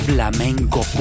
Flamenco